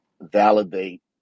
validate